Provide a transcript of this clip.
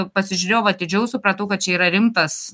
pasižiūrėjau atidžiau supratau kad čia yra rimtas